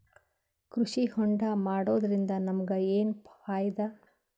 ಕೃಷಿ ಹೋಂಡಾ ಮಾಡೋದ್ರಿಂದ ನಮಗ ಏನ್ ಫಾಯಿದಾ?